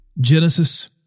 Genesis